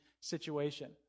situation